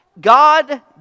God